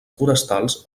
forestals